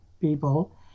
people